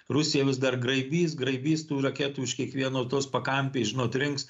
rusija vis dar graibys graibys tų raketų už kiekvieno tos pakampės žinot rinks